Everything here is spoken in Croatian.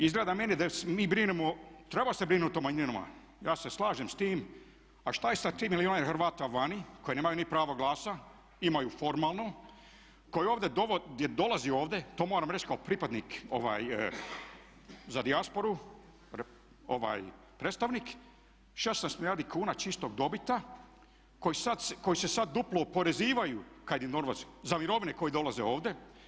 Izgleda meni da se mi brinemo trebamo se brinut o manjinama, ja se slažem s tim a šta je sa 3 milijuna Hrvata vani koji nemaju ni prava glasa, imaju formalno gdje dolazi ovdje to moram reći kao pripadnik za dijasporu predstavnik 16 milijardi kuna čistog dobita koji se sad duplo oporezivaju za mirovine koje dolaze ovdje.